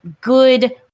good